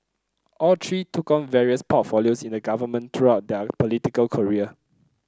all three took on various portfolios in the government throughout their political career